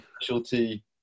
specialty